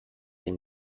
dem